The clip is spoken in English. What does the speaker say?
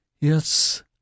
Yes